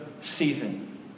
season